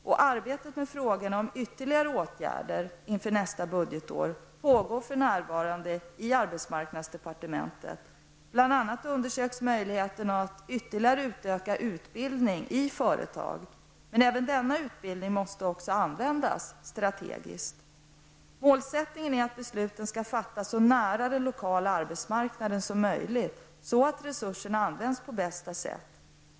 Och arbetet med frågorna om ytterligare åtgärder inför nästa budgetår pågår för närvarande i arbetsmarknadsdepartementet. Bl.a. undersöks möjligheten att ytterligare utöka utbildningen i företag. Men även denna utbildning måste också användas strategiskt. Målsättningen är att besluten skall fattas så nära den lokala arbetsmarknaden som möjligt, så att resurserna används på bästa sätt.